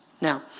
Now